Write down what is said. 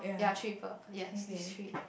ya three people yes these three